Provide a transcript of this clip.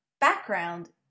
background